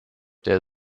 der